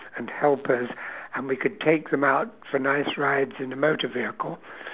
and help us and we could take them out for nice rides in a motor vehicle